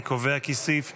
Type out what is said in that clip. אני קובע כי סעיף 2,